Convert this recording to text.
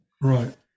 right